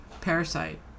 Parasite